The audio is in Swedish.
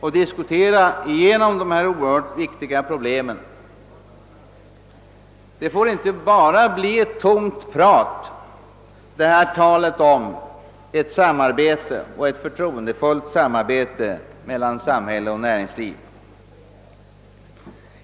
Talet om ett förtroendefullt samarbete mellan samhälle och näringsliv får inte bara bli ett tomt prat.